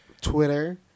Twitter